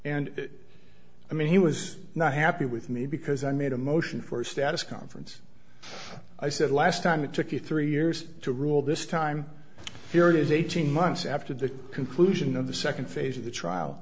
and i mean he was not happy with me because i made a motion for a status conference i said last time it took you three years to rule this time period eighteen months after the conclusion of the second phase of the trial